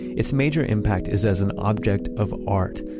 its major impact is as an object of art.